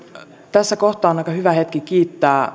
tässä kohtaa on aika hyvä hetki kiittää